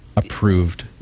Approved